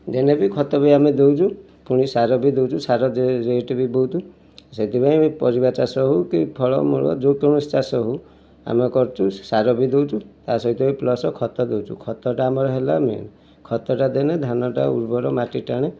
ଦେନେ ବି ଖତ ବି ଆମେ ଦେଉଛୁ ପୁଣି ସାର ବି ଦେଉଛୁ ସାର ରେଟ୍ ବି ବହୁତ ସେଥିପାଇଁ ପରିବା ଚାଷ ହେଉ କି ଫଳ ମୂଳ ଯେକୌଣସି ଚାଷ ହେଉ ଆମେ କରୁଛୁ ସାର ବି ଦେଉଛୁ ତା ସହିତ ବି ପ୍ଲସ୍ ଖତ ଦେଉଛୁ ଖତଟା ଆମର ହେଲା ମେନ୍ ଖତ ଟା ଦେନେ ଧାନଟା ଉର୍ବର ମାଟି ଟାଣେ